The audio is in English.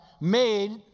made